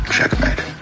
Checkmate